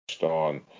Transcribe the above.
on